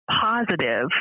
positive